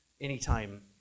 anytime